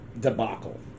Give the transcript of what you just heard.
debacle